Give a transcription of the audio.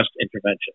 intervention